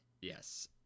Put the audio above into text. Yes